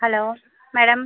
hello madam